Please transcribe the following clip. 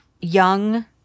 young